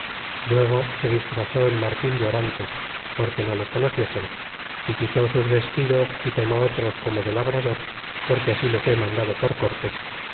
luego se disfrazó el martin de orantes porque no le conociesen y quitó sus vestidos y tomó otros como de labrador porque así le fué mandado por cortés